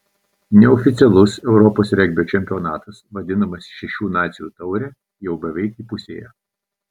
neoficialus europos regbio čempionatas vadinamas šešių nacijų taure jau beveik įpusėjo